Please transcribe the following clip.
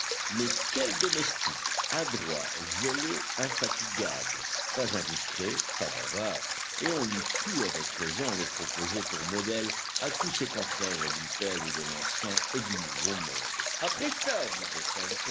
mais quel domestique adroit zélé infatigable pas indiscret pas bavard et on eût pu avec raison le proposer pour modèle à tous ses confrères bipèdes de l'ancien et du nouveau monde après ça disait